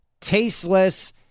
tasteless